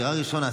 דירה ראשונה,